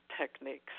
techniques